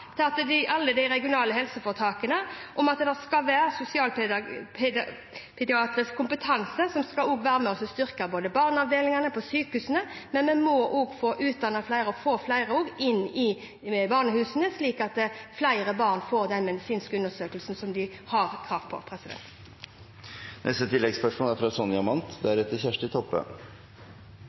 være med og styrke barneavdelingene på sykehusene. Vi må også få utdannet flere og få flere inn ved barnehusene, slik at flere barn får den medisinske undersøkelsen som de har krav på. Sonja Mandt – til oppfølgingsspørsmål. Jeg vil fortsette med det representanten Bollestad sa, for opptrappingsplanen er